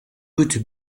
would